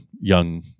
young